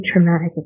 traumatic